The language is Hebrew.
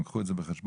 קחו את זה בחשבון,